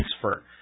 transfer